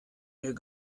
mir